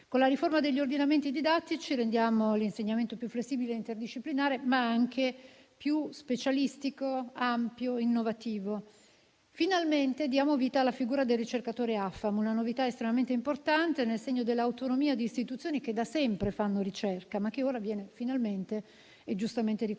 Con la riforma degli ordinamenti didattici rendiamo l'insegnamento più flessibile e interdisciplinare, ma anche più specialistico, ampio, innovativo. Finalmente diamo vita alla figura del ricercatore AFAM, una novità estremamente importante nel segno dell'autonomia di istituzioni che da sempre fanno ricerca, ma che ora viene finalmente e giustamente riconosciuta.